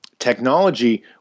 technology